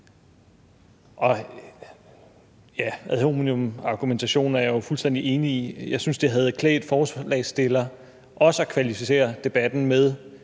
til ad hominem-argumentationen er jeg jo fuldstændig enig. Jeg synes, det havde klædt ordføreren for forslagsstillerne også at kvalificere debatten med